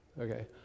okay